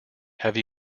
have